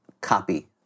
copy